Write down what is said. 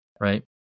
Right